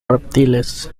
reptiles